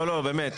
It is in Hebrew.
לא, לא, באמת.